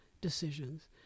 decisions